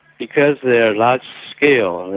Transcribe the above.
because they are large-scale,